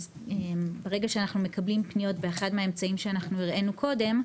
ברגע שאנחנו מקבלים פניות באחד מהאמצעים שהראנו קודם,